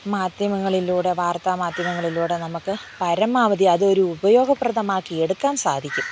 മാധ്യമങ്ങളിലൂടെ വാർത്താ മാധ്യമങ്ങളിലൂടെ നമുക്ക് പരമാവധി അതൊരു ഉപയോഗപ്രദമാക്കി എടുക്കാൻ സാധിക്കും